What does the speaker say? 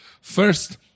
First